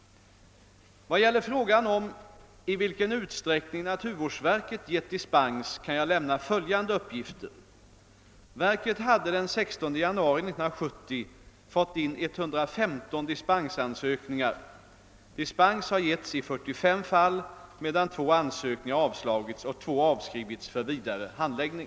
Vad gäller frågan om i vilken utsträckning naturvårdsverket gett dispens kan jag lämna följande uppgifter. Verket hade den 16 januari 1970 fått in 115 dispensansökningar. Dispens har getts i 45 fall medan två ansökningar avslagits och två avskrivits från vidare handläggning.